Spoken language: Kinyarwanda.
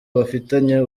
bafitanye